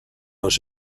los